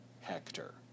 Hector